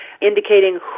indicating